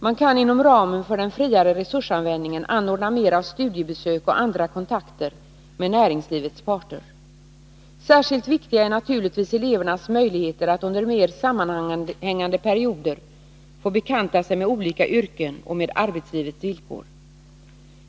Man kan inom ramen för den friare resursanvändningen anordna mer studiebesök och andra kontakter med näringslivets parter. Särskilt viktiga är naturligtvis elevernas möjligheter att under mera sammanhängande perioder få bekanta sig med olika yrken och med arbetslivets villkor.